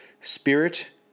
Spirit